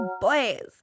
Boys